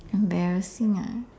embarrassing ah